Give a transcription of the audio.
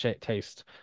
taste